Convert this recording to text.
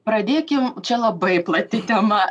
pradėkim čia labai plati tema